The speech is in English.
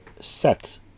set